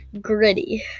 Gritty